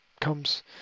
comes